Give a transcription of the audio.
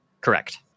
Correct